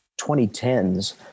2010s